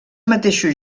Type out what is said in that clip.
mateixos